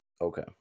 Okay